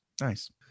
nice